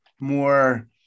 more